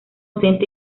docente